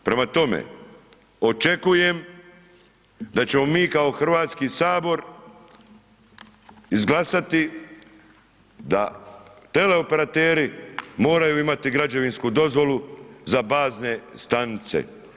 Prema tome, očekujem da ćemo mi kao Hrvatski sabor, izglasati, da teleoperateri, moraju imati građevinsku dozvolu za bazne stanice.